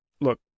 look